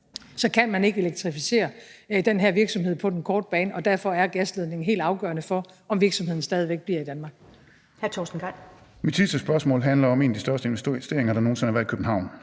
– kan man ikke elektrificere den her virksomhed på den korte bane, og derfor er gasledningen helt afgørende for, om virksomheden stadig væk bliver i Danmark.